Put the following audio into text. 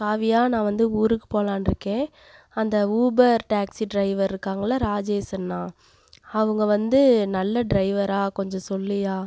காவியா நான் வந்து ஊருக்கு போலான்னுருக்கேன் அந்த ஊபர் டேக்ஸி ட்ரைவர் இருக்காங்கள்லை ராஜேஷ் அண்ணா அவங்க வந்து நல்ல ட்ரைவராக கொஞ்சம் சொல்லுயா